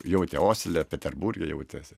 jautė osle peterburge jautėsi